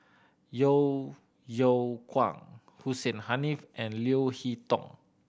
Yeo Yeow Kwang Hussein Haniff and Leo Hee Tong